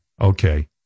okay